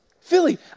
Philly